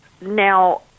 Now